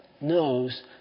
knows